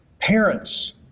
Parents